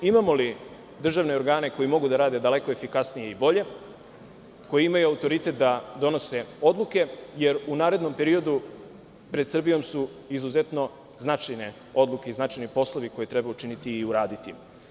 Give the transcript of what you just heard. Imamo li državne organe koji mogu da rade daleko efikasnije i bolje, koji imaju autoritet da donose odluke, jer u narednom periodu pred Srbijom su izuzetno značajne odluke i značajni poslovi koje treba učiniti i uraditi.